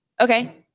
Okay